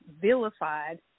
vilified